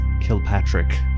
Kilpatrick